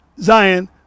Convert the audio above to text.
zion